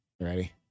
Ready